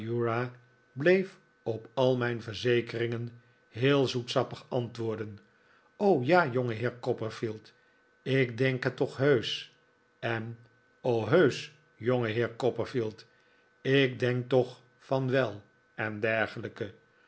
bleef op al mijn verzekeringen heel zoetsappig antwoorden r o ja jongeheer copperfield ik denk het toch heusch en heusch jongeheer copperfield ik denk toch van wel en dergelijke